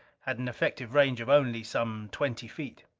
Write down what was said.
had an effective range of only some twenty feet.